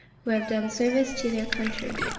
who have done service to their country,